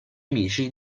amici